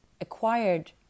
acquired